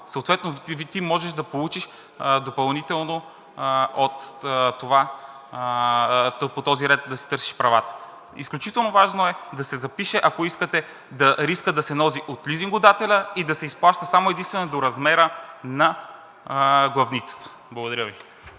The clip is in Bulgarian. съответно ти можеш да получиш допълнително от това и по този ред да си търсиш правата. Изключително важно е да се запише, ако искате, рискът да се носи от лизингодателя и да се изплаща само и единствено до размера на главницата. Благодаря Ви.